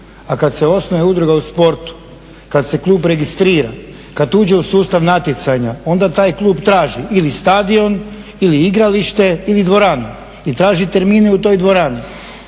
A kad se osnuje udruga u sportu, kad se klub registrira, kad uđe u sustav natjecanja, onda taj klub traži ili stadion ili igralište ili dvoranu i traži termine u toj dvorani,